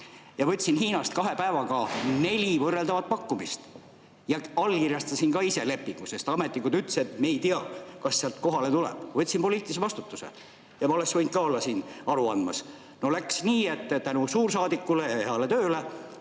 Võtsin Hiinast kahe päevaga neli võrreldavat pakkumist ja allkirjastasin ka ise lepingu, sest ametnikud ütlesid, et me ei tea, kas sealt kohale tuleb. Võtsin poliitilise vastutuse. Ma oleksin võinud ka siin aru andmas olla. No läks nii, et tänu suursaadikule ja [teiste]